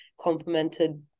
complemented